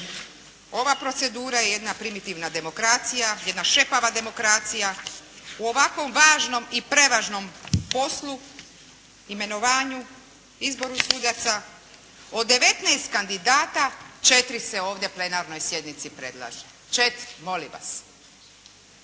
Ova procedura je jedna primitivna demokracija, jedna šepava demokracija. U ovakvom važnom i prevažnom poslu, imenovanju, izboru sudaca od 19 kandidata četiri se ovdje plenarnoj sjednici predlaže, molim vas.